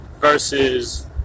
versus